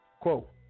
Quote